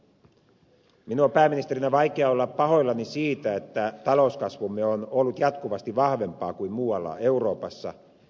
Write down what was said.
minun on pääministerinä vaikea olla pahoillani siitä että talouskasvumme on ollut jatkuvasti vahvempaa kuin muualla euroopassa